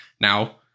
Now